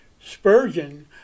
Spurgeon